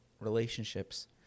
relationships